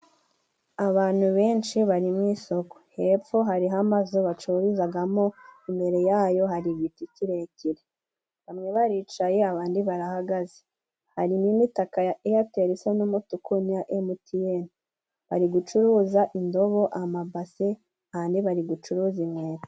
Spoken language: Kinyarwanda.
Abantu benshi bari mu isoko, hepfo hariho amazu bacururizamo, imbere yayo hari igiti kirekire bamwe baricaye abandi barahagaze, harimo imitaka ya eyateri isa n'umutuku n'iya emutiyeni bari gucuruza indobo, amabase ahandi bari gucuruza inkweto.